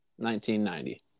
1990